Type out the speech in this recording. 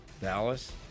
Dallas